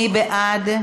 מי בעד?